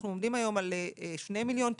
אנחנו עומדים היום על 2 מיליון תיקים.